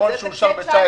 שאושר.